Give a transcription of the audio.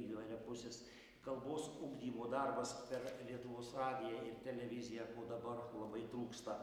įvairiapusis kalbos ugdymo darbas per lietuvos radiją ir televiziją ko dabar labai trūksta